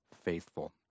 faithful